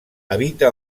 habita